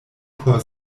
por